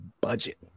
budget